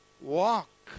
walk